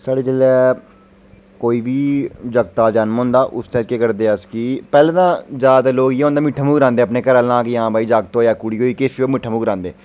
sir जेल्लै कोई बी जागतै दा जनम होंदा उसलै केह् करदे अस कि पैह्लें ते जैदातर लोग इयै होंदा मूंह् मिट्ठा करांदे अपने घरैआह्लें दा कि कुड़ी होई जां जागत होआ किश बी होऐ मिट्ठा मूंह् करांदे